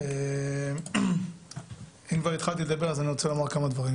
אם כבר התחלתי לדבר, אני רוצה לומר כמה דברים.